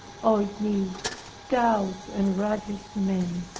oh, ye stout and righteous men!